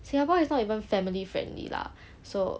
singapore is not even family friendly lah so